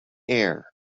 air